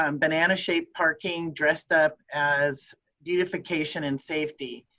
um banana shaped parking dressed up as beautification and safety.